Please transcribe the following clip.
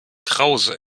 krause